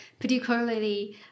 particularly